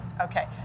okay